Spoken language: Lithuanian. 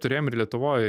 turėjom ir lietuvoj